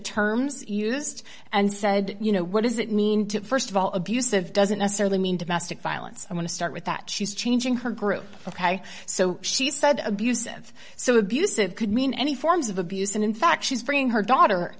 terms used and said you know what does it mean to st of all abusive doesn't necessarily mean domestic violence i want to start with that she's changing her group ok so she said abusive so abusive could mean any forms of abuse and in fact she's bringing her daughter